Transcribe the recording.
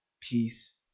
peace